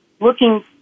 looking